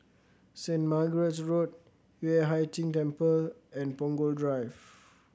Saint Margaret's Road Yueh Hai Ching Temple and Punggol Drive